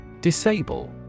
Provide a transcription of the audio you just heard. Disable